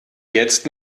jetzt